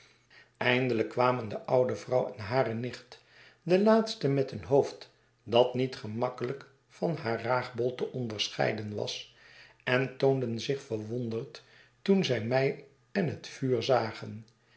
eindelijk kwamen de oude vrouw en hare nicht de laatste met een hoofd dat niet gemakkelijk van haar raagbol te onderscheiden was en toonden zich verwonderd toen zij mij en het vuur zagen